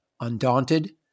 Undaunted